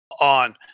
on